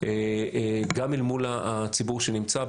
גם אל מול הציבור שנמצא.